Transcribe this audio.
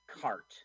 cart